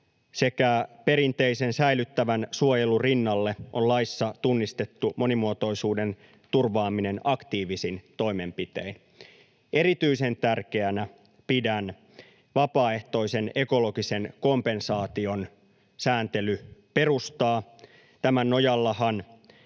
sekä perinteisen säilyttävän suojelun rinnalle on laissa tunnistettu monimuotoisuuden turvaaminen aktiivisin toimenpitein. Erityisen tärkeänä pidän vapaaehtoisen ekologisen kompensaation sääntelyperustaa. Tämän nojallahan